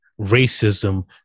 racism